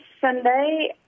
Sunday